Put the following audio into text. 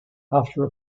after